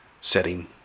setting